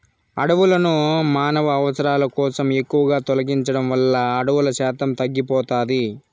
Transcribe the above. అడవులను మానవ అవసరాల కోసం ఎక్కువగా తొలగించడం వల్ల అడవుల శాతం తగ్గిపోతాది